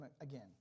again